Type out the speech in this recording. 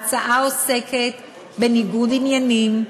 ההצעה עוסקת בניגוד עניינים,